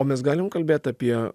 o mes galim kalbėt apie